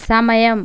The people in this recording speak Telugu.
సమయం